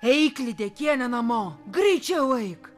eik lydekiene namo greičiau eik